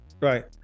Right